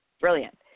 Brilliant